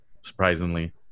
surprisingly